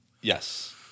Yes